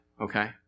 Okay